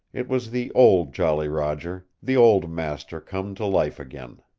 it was the old jolly roger the old master come to life again.